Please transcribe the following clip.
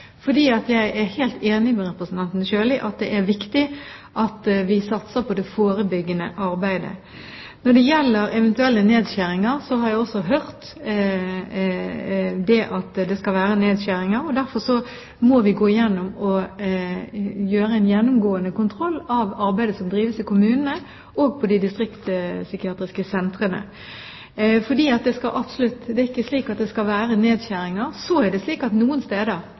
Jeg er helt enig med representanten Sjøli i at det er viktig at vi satser på det forebyggende arbeidet. Når det gjelder eventuelle nedskjæringer, har jeg også hørt at det skal være nedskjæringer. Derfor må vi gå igjennom og foreta en gjennomgående kontroll av arbeidet som drives i kommunene og på de distriktspsykiatriske sentrene. For det er ikke slik at det skal være nedskjæringer. Så er det slik at noen steder